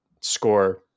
score